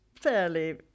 fairly